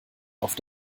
auf